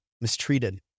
mistreated